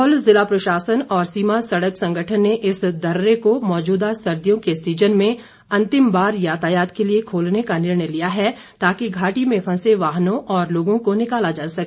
लाहौल जिला प्रशासन और सीमा सड़क संगठन ने इस दर्रे को मौजूदा सर्दियों के सीजन में अंतिम बार यातायात के लिए खोलने का निर्णय लिया हैं ताकि घाटी में फंसे वाहनों और लोगों को निकाला जा सके